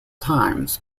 times